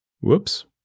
Whoops